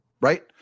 right